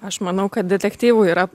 aš manau kad detektyvui yra